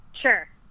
Sure